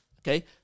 okay